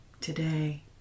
today